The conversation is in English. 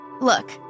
Look